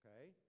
Okay